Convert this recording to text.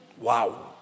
Wow